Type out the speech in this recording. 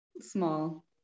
small